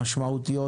משמעותיות,